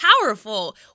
powerful